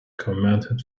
commented